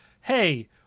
hey